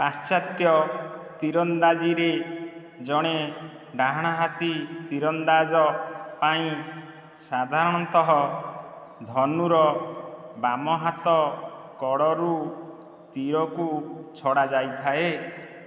ପାଶ୍ଚାତ୍ୟ ତୀରନ୍ଦାଜିରେ ଜଣେ ଡାହାଣ ହାତି ତୀରନ୍ଦାଜ ପାଇଁ ସାଧାରଣତଃ ଧନୁର ବାମ ହାତ କଡ଼ରୁ ତୀରକୁ ଛଡ଼ାଯାଇଥାଏ